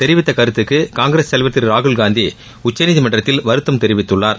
தெரிவித்த கருத்துக்கு காங்கிரஸ் தலைவா் திரு ராகுல் காந்தி உச்சநீதிமன்றத்தில் வருத்தம் தெரிவித்துள்ளார்